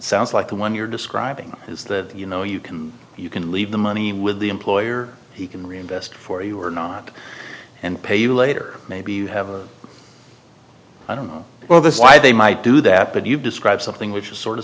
sounds like the one you're describing is that you know you can you can leave the money with the employer he can reinvest for you or not and pay you later maybe you have a well the sly they might do that but you describe something which is sort of